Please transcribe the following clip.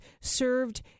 served